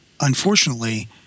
unfortunately